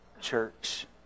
Church